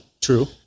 True